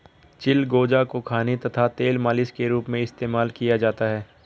चिलगोजा को खाने तथा तेल मालिश के रूप में इस्तेमाल किया जाता है